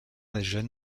maison